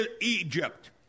Egypt